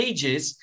Ages